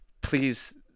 please